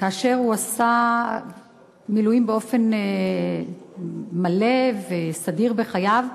אשר עשה מילואים באופן מלא וסדיר בחייו,